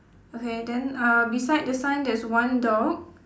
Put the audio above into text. okay then uh beside the sign there's one dog